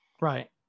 right